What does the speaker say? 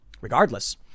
Regardless